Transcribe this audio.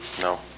No